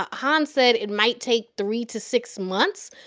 ah hahn said it might take three to six months.